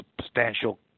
substantial